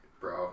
bro